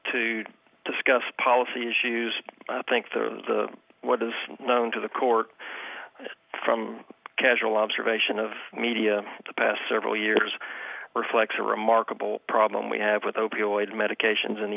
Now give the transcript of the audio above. to discuss policy issues i think the what is known to the court from casual observation of media the past several years reflects a remarkable problem we have with opioid medications in the